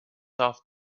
off